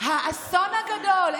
האסון הגדול,